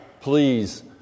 please